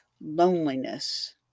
loneliness